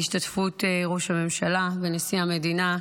בהשתתפות ראש הממשלה ונשיא המדינה,